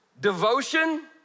devotion